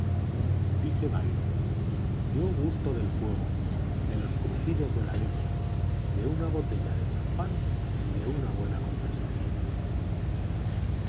dice byron yo gusto del fuego de los crujidos de la leña de una botella de champagne y de una buena conversación